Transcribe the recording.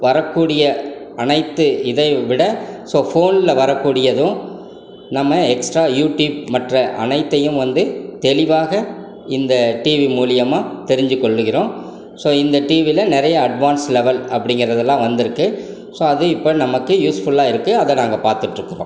வரக்கூடிய அனைத்து இதைவிட ஸோ ஃபோனில் வரக்கூடியதும் நம்ம எக்ஸ்ட்ரா யூடியூப் மற்ற அனைத்தையும் வந்து தெளிவாக இந்த டிவி மூலயமா தெரிஞ்சி கொள்ளுகிறோம் ஸோ இந்த டிவியில் நிறைய அட்வான்ஸ் லெவல் அப்படிங்கறதெல்லாம் வந்துருக்கு ஸோ அது இப்போ நமக்கு யூஸ்ஃபுல்லாக இருக்கு அதை நாங்கள் பார்த்துட்ருக்குறோம்